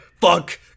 Fuck